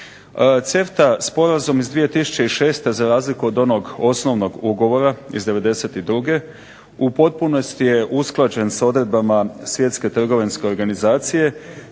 CEFTA sporazum iz 2006. za razliku od onog osnovnog ugovora iz '92. u potpunosti je usklađen s odredbama Svjetske trgovinske organizacije